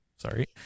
Sorry